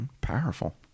Powerful